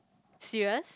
serious